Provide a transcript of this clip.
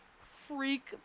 freak